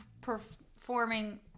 performing